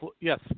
yes